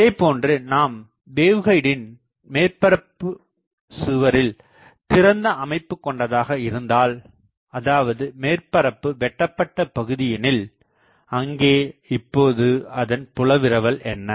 இதேபோன்று நாம் வேவ்கைடின் மேற்பரப்பு சுவரில் திறந்த அமைப்பு கொண்டதாக இருந்தால் அதாவது மேற்பரப்பு வெட்டபட்ட பகுதியெனில் அங்கே இப்போது அதன் புலவிரல் என்ன